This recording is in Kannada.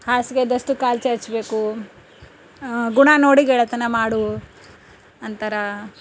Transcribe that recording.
ಹಾಸಿಗೆ ಇದ್ದಷ್ಟು ಕಾಲು ಚಾಚಬೇಕು ಗುಣ ನೋಡಿ ಗೆಳೆತನ ಮಾಡು ಅಂತಾರೆ